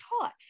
taught